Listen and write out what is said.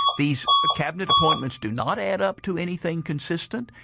these cabinet appointments do not add up to anything consistent.